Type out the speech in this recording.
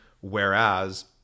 Whereas